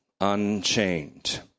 unchained